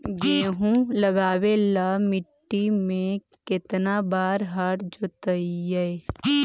गेहूं लगावेल मट्टी में केतना बार हर जोतिइयै?